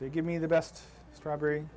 say give me the best strawberry